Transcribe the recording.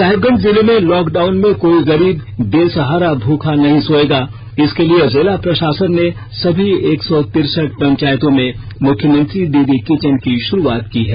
साहिबगंज जिले में lockdown में कोई गरीब बेसहारा भूखा नहीं सोएगा इसके लिए जिला प्रशासन ने सभी एक सौ तिरसठ पंचायतों में मुख्यमंत्री दीदी किचन की शुरुआत की है